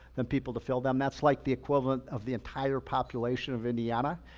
than people to fill them. that's like the equivalent of the entire population of indiana.